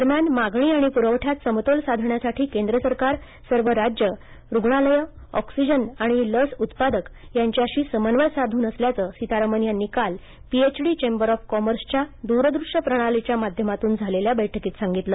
दरम्यान मागणी आणि पुरवठ्यात समतोल साधण्यासाठी केंद्र सरकार सर्व राज्ये रुग्णालयं ऑक्सिजन आणि लस उत्पादक यांच्याशी समन्वय साधून असल्याचं सीतारामन यांनी काल पीएचडी येंबर ऑफ कॉमर्सच्या दूरदृष्य प्रणालीच्या माध्यमातून झालेल्या बैठकींत सांगितलं